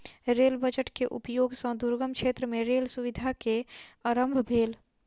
rail budget के उपयोग सॅ दुर्गम क्षेत्र मे रेल सुविधा के आरम्भ भेल